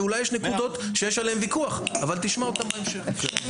ואולי יש נקודות שיש עליהן ויכוח אבל תשמע אותן בהמשך.